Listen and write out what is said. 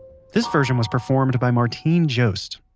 this version was performed by martine joste.